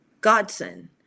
Godson